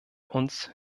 uns